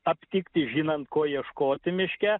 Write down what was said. aptikti žinant ko ieškoti miške